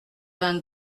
vingt